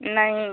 नहीं